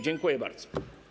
Dziękuję bardzo.